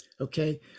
Okay